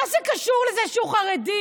מה זה קשור לזה שהוא חרדי?